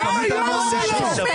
את מעוותים את המציאות.